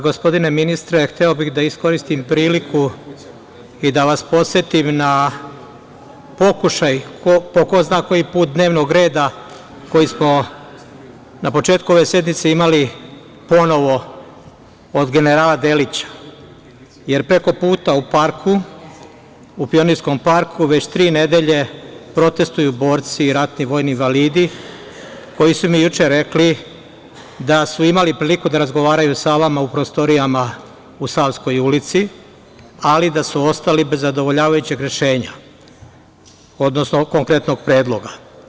Gospodine ministre, hteo bih da iskoristim priliku i da vas podsetim na pokušaj, po ko zna koji put, dnevnog reda koji smo na početku ove sednice imali ponovo, od generala Delića, jer prekoputa u parku, u Pionirskom parku, već tri nedelje protestvuju borci, ratni vojni invalidi, koji su mi juče rekli da su imali priliku da razgovaraju sa vama u prostorijama u Savskoj ulici, ali da su ostali bez zadovoljavajućeg rešenja, odnosno konkretnog predloga.